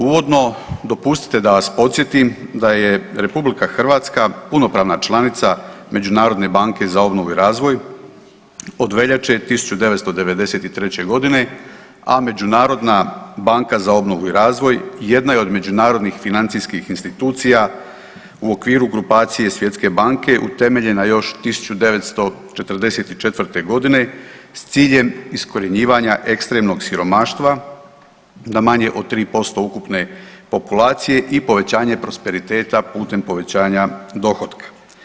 Uvodno dopustite da vas podsjetim da je RH punopravna članica Međunarodne banke za obnovu i razvoj od veljače 1993.g., a Međunarodna banka za obnovu i razvoj jedna je od međunarodnih financijskih institucija u okviru grupacije Svjetske banke u utemeljena još 1944.g. s ciljem iskorjenjivanja ekstremnog siromaštva na manje od 3% ukupne populacije i povećanje prosperiteta putem povećanja dohotka.